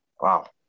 Wow